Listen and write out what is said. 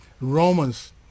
romans